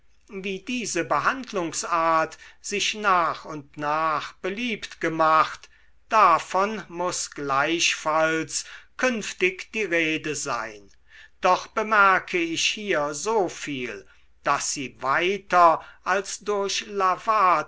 wie diese behandlungsart sich nach und nach beliebt gemacht davon muß gleichfalls künftig die rede sein doch bemerke ich hier so viel daß sie weiter als durch lavater